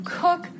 cook